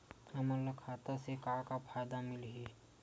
हमन ला खाता से का का फ़ायदा मिलही?